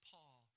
Paul